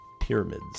Pyramids